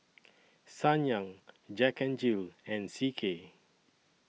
Ssangyong Jack N Jill and C K